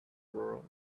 world